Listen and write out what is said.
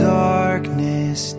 darkness